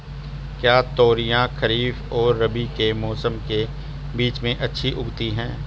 क्या तोरियां खरीफ और रबी के मौसम के बीच में अच्छी उगती हैं?